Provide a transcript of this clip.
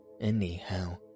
anyhow